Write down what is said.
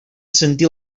sentir